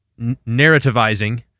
narrativizing